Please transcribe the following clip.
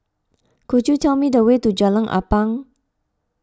could you tell me the way to Jalan Ampang